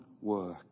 work